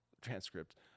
transcript